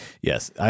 Yes